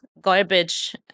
garbage